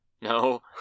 No